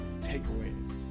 takeaways